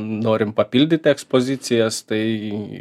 norim papildyti ekspozicijas tai